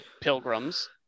pilgrims